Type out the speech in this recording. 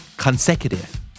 consecutive